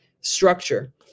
structure